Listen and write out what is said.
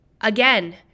Again